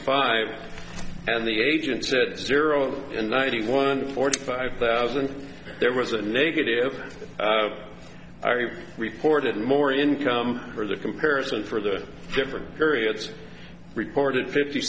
five and the agent said zero in ninety one forty five thousand there was a negative reported more income for the comparison for the different periods reported fifty